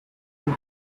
part